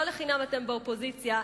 לא לחינם אתם באופוזיציה,